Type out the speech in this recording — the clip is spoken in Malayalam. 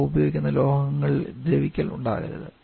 അവ ഉപയോഗിക്കുന്ന ലോഹങ്ങളിൽ ദ്രവിക്കൽ ഉണ്ടാകരുത്